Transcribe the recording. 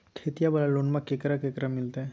खेतिया वाला लोनमा केकरा केकरा मिलते?